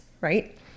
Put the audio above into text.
right